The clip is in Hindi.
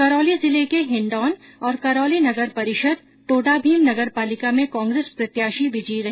करौली जिले के हिण्डौन और करौली नगर परिषद टोडाभीम नगरपालिका में कांग्रेस प्रत्याशी विजयी रहे